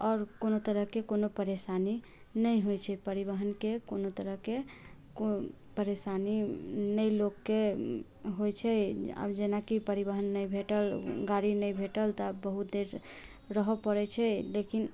आओर कोनो तरहके कोनो परेशानी नहि होइत छै परिवहनके कोनो तरहके कोइ परेशानी नहि लोककेँ होइत छै आब जेनाकि परिवहन नहि भेटल गाड़ी नहि भेटल तऽ आब बहुत देर रहऽ पड़ैत छै लेकिन